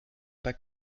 pas